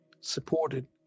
supported